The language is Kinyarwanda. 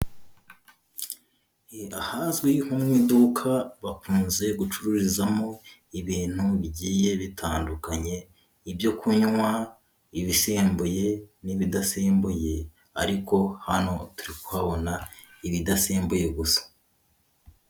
Ahazwi nko mu iduka bakunze gucururizamo ibintu bigiye bitandukanye ibyo kunywa, ibisembuye n'ibidasembuye ariko hano turi kuhabona ibidasembuye gusa.